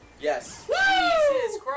Yes